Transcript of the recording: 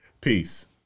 Peace